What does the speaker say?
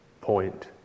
point